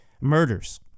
murders